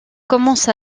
commence